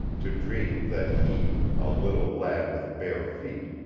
to dream that he, a little lad with bare feet,